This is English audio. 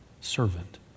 servant